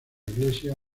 iglesia